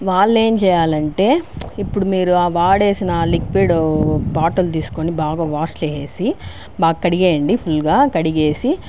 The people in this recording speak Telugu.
వాళ్ళు ఏం చేయాలి అంటే ఇప్పుడు మీరు వాడి వేసినా లిక్విడ్ బాటిల్ తీసుకోని బాగా వాష్ చేసేసి బాగా కడిగేయండి ఫుల్గా కడిగి వేసి